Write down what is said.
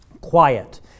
Quiet